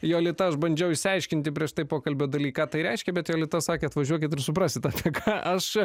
jolita aš bandžiau išsiaiškinti prieš tai pokalbio daly ką tai reiškia bet jolita sakė atvažiuokit ir suprasite ką aš